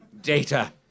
data